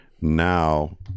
now